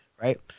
right